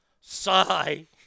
Sigh